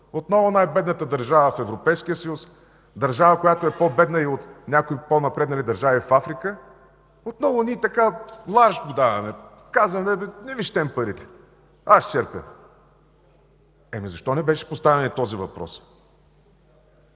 Отново най-бедната държава в Европейския съюз – държава, която е по-бедна от някои по-напреднали държави в Африка, отново ние така ларж го даваме, казваме: „Не Ви щем парите, аз черпя”. Защо не беше поставен и този въпрос?